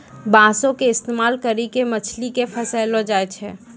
बांसो के इस्तेमाल करि के मछली के फसैलो जाय छै